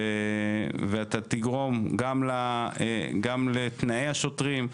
ותגרום גם לשיפור בתנאי השוטרים,